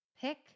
pick